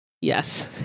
Yes